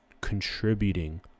Contributing